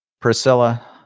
Priscilla